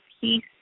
peace